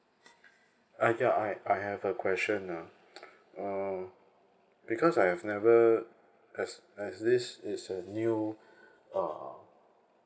I ya I I have a question ah uh because I have never ex~ exist it's a new uh